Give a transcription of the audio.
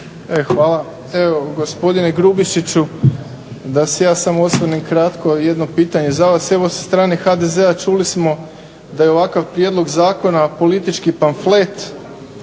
Hvala. Evo gospodine Grubišiću da se ja osvrnem kratko. Jedno pitanje za vas. Evo sa strane HDZ-a čuli smo da je ovakav prijedlog zakona politički pamflet